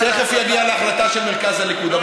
אני תכף אגיע להחלטה של מרכז הליכוד.